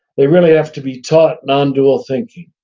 they really have to be taught non-dual thinking,